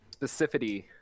specificity